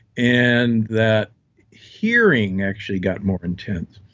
and that hearing actually got more intense.